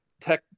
tech